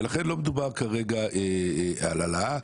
ולכן לא מדובר כרגע על העלאה.